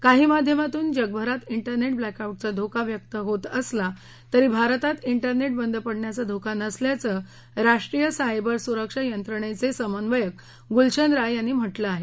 काही माध्यमांतून जगभरात दिरनेट ब्लॅक आऊटचा धोका व्यक्त होत असला तरी भारतात डेरनेट बंद पडण्याचा धोका नसल्याचं राष्ट्रीय सायबर सुरक्षा यंत्रणेचे समन्वयक गुलशन राय यांनी म्हटलं आहे